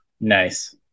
Nice